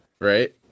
Right